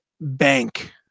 bank